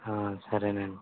సరే నండి